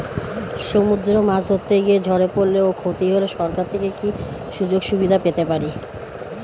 সমুদ্রে মাছ ধরতে গিয়ে ঝড়ে পরলে ও ক্ষতি হলে সরকার থেকে কি সুযোগ সুবিধা পেতে পারি?